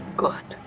good